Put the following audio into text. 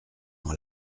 dans